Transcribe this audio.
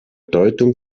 deutung